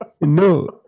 No